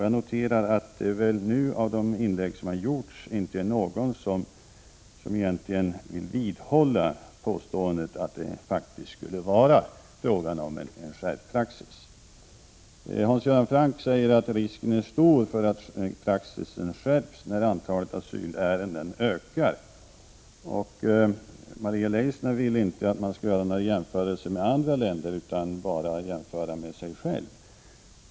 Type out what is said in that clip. Jag noterar att det i de inlägg som gjorts nu inte varit någon som velat vidhålla påståendet att det skulle vara fråga om en skärpt praxis. Hans Göran Franck säger att risken är stor för att praxis skärps när antalet asylärenden ökar. Maria Leissner vill inte att man skall göra jämförelser med andra länder, utan man skall enbart se till förhållandena i det egna landet.